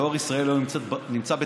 דואר ישראל היום נמצא בתחרות.